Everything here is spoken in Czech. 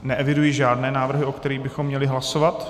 Neeviduji žádné návrhy, o kterých bychom měli hlasovat.